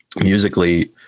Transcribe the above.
musically